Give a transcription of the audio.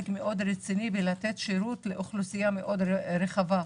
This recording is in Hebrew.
מאוד רציני בלתת שירות לאוכלוסייה מאוד רחבה.